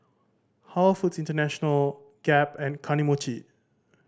Halal Foods International Gap and Kane Mochi